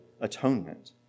atonement